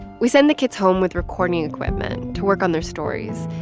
we send the kids home with recording equipment to work on their stories.